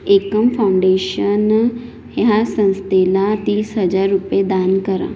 एकम Foundation ह्या संस्थेला तीस हजार रुपये दान करा